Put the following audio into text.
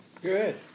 Good